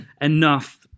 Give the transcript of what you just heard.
enough